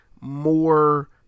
more